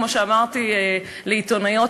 כמו שאמרתי לעיתונאיות,